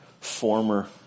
former